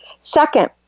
Second